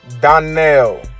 Donnell